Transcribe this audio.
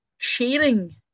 sharing